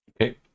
Okay